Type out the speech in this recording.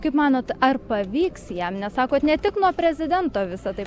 kaip manot ar pavyks jam nes sakot ne tik nuo prezidento visa tai